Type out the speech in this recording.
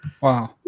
wow